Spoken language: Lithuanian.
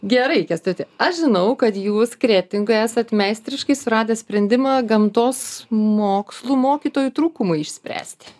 gerai kęstuti aš žinau kad jūs kretingoj esat meistriškai suradęs sprendimą gamtos mokslų mokytojų trūkumui išspręsti